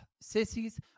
sissies